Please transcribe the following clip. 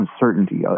uncertainty